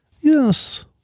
Yes